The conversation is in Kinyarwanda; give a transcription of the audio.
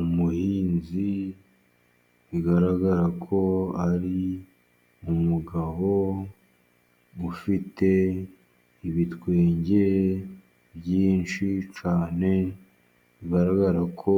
Umuhinzi bigaragara ko ari umugabo, ufite ibitwenge byinshi cyane, bigaragara ko